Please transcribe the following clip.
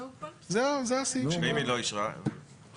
אני לא צריכה ללכת לארצי.